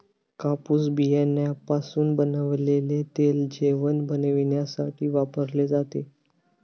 कापूस बियाण्यापासून बनवलेले तेल जेवण बनविण्यासाठी वापरले जाते